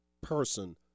person